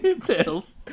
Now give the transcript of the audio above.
Tails